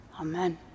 Amen